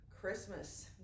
Christmas